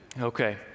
Okay